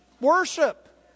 worship